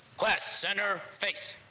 class center fakes